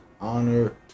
Honor